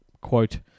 quote